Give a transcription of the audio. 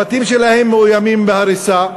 הבתים שלהם מאוימים בהריסה.